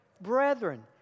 Brethren